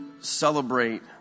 celebrate